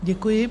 Děkuji.